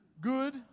Good